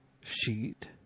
sheet